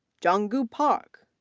geongu park,